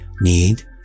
need